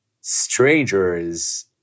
strangers